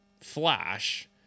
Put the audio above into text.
flash